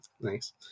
nice